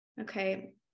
okay